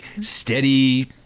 steady